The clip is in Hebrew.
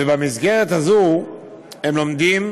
ובמסגרת הזאת הם לומדים